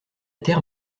terre